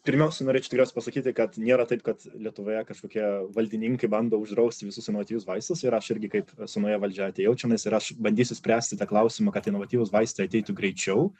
pirmiausia norėčiau tikriausia pasakyti kad nėra taip kad lietuvoje kažkokie valdininkai bando uždrausti visus inovatyvius vaistus ir aš irgi kaip su nauja valdžia atėjau čionais ir aš bandysiu spręsti tą klausimą kad inovatyvūs vaistai ateitų greičiau